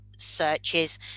searches